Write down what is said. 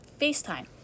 facetime